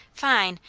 fine!